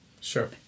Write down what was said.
Sure